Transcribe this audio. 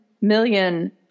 million